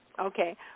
Okay